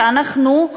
שאנחנו,